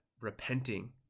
repenting